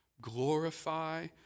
Glorify